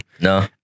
No